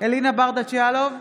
אלינה ברדץ' יאלוב,